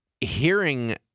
hearing